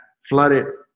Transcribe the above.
flooded